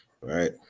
Right